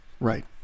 Right